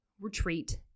retreat